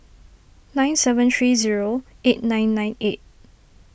nine seven three zero eight nine nine eight